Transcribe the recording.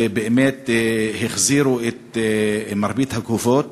ובאמת החזירו את מרבית הגופות.